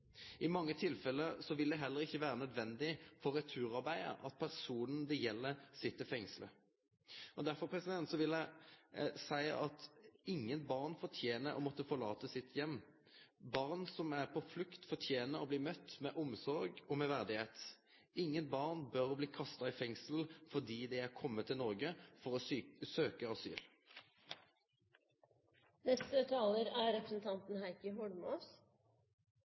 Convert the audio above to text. I mange tilfelle vil det heller ikkje vere naudsynt for returarbeidet at personen det gjeld, sit fengsla. Derfor vil eg seie at ingen barn fortener å måtte forlate heimen sin. Barn som er på flukt, fortener å bli møtte med omsorg og verdigheit. Ingen barn bør bli kasta i fengsel fordi dei har kome til Noreg for å søkje asyl. Jeg tenkte jeg skulle ta ordet for bare kort å konstatere at her er